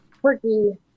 quirky